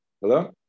Hello